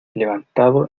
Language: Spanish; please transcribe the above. levantado